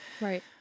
Right